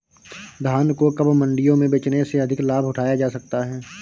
धान को कब मंडियों में बेचने से अधिक लाभ उठाया जा सकता है?